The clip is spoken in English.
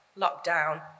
lockdown